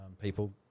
people